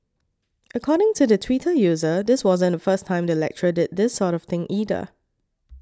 according to the Twitter user this wasn't the first time the lecturer did this sort of thing either